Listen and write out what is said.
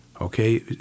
okay